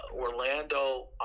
Orlando